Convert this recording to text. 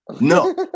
No